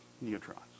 neutrons